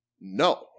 No